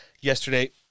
yesterday